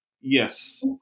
yes